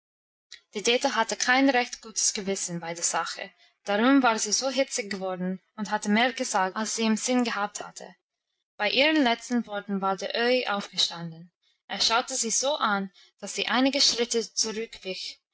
die dete hatte kein recht gutes gewissen bei der sache darum war sie so hitzig geworden und hatte mehr gesagt als sie im sinn gehabt hatte bei ihren letzten worten war der öhi aufgestanden er schaute sie so an dass sie einige schritte